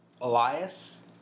Elias